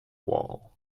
wall